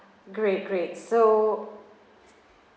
great great so